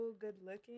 good-looking